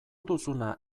duzuna